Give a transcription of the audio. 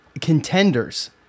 contenders